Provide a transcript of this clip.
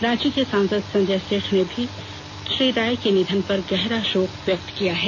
राँची के सांसद संजय सेठ ने भी श्री राय के निधन पर गहरा शोक व्यक्त किया है